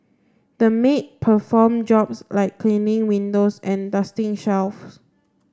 the maid performed jobs like cleaning windows and dusting shelves